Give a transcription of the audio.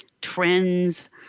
trends